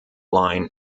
line